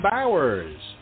Bowers